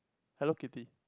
Hello-Kitty